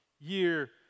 Year